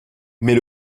mais